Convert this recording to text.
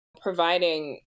providing